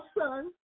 son